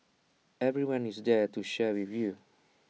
everyone is there to share with you